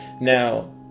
Now